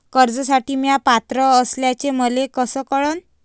कर्जसाठी म्या पात्र असल्याचे मले कस कळन?